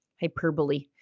hyperbole